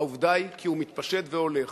העובדה היא שהוא מתפשט והולך,